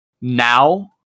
now